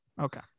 okay